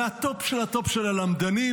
הטופ של הטופ של הלמדנים.